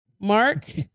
Mark